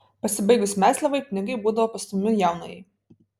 pasibaigus mezliavai pinigai būdavo pastumiami jaunajai